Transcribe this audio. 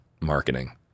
marketing